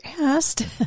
asked